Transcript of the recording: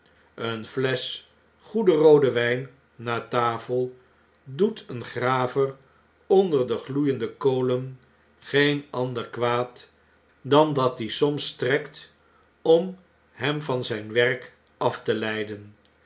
eene flesch goede roode wjjn na tafel doet een graver onder de gloeiende kolen geen ander kwaad dan dat die soms strekt om hem van zijn werk af te leiden